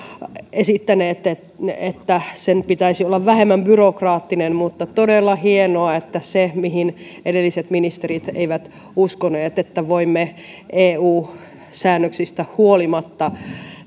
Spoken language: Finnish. esittäneet että sen pitäisi olla vähemmän byrokraattinen mutta todella hienoa että siihen mihin edelliset ministerit eivät uskoneet että voimme eu säännöksistä huolimatta